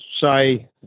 say